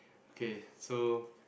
okay so